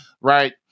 Right